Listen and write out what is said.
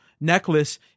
necklace